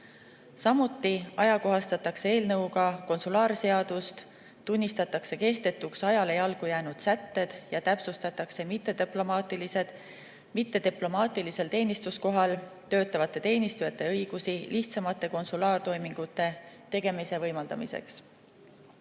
Samuti ajakohastatakse eelnõuga konsulaarseadust, tunnistatakse kehtetuks ajale jalgu jäänud sätted ja täpsustatakse mittediplomaatilisel teenistuskohal töötavate teenistujate õigusi lihtsamate konsulaartoimingute tegemise võimaldamiseks. Lisaks